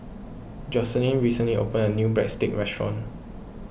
Joycelyn recently opened a new Breadsticks restaurant